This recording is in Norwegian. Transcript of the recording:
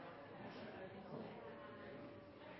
Det er